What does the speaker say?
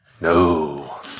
No